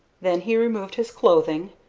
then he removed his clothing,